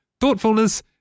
thoughtfulness